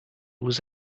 was